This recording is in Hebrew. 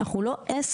אנחנו לא עסק,